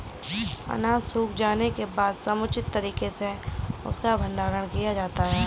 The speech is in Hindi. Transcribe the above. अनाज सूख जाने के बाद समुचित तरीके से उसका भंडारण किया जाता है